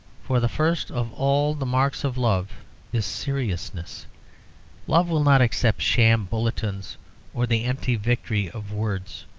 for the first of all the marks of love is seriousness love will not accept sham bulletins or the empty victory of words.